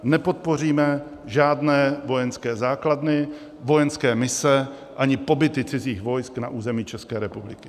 Nepodpoříme žádné vojenské základny, vojenské mise ani pobyty cizích vojsk na území České republiky.